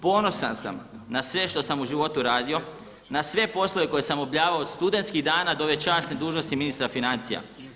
Ponosan sam na sve što sam u životu radio, na sve poslove koje sam obavljao od studentskih dana do ove časne dužnosti ministra financija.